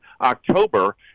October